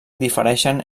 difereixen